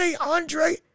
Andre